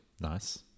Nice